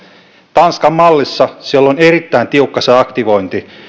tanskan mallissa on erittäin tiukka se aktivointi